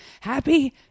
Happy